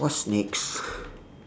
what's next